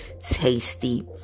tasty